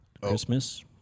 Christmas